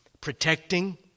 Protecting